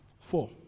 Four